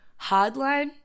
hardline